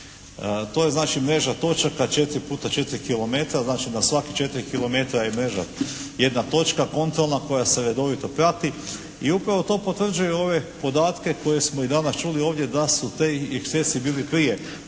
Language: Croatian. znači mreža točaka 4x4 kilometra, znači na svakih 4 kilometra je mreža jedna točka kontrolna koja se redovito prati i upravo to potvrđuju ove podatke koje smo i danas čuli ovdje da su ti ekscesi bili prije.